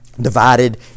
divided